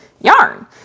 yarn